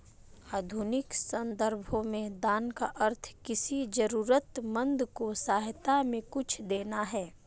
आधुनिक सन्दर्भों में दान का अर्थ किसी जरूरतमन्द को सहायता में कुछ देना है